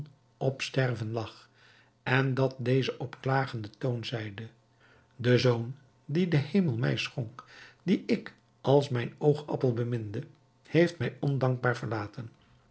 op sterven lag en dat deze op klagenden toon zeide de zoon dien de hemel mij schonk dien ik als mijn oogappel beminde heeft mij ondankbaar verlaten